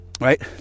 right